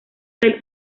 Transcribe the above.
del